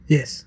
Yes